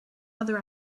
other